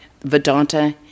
Vedanta